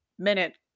minute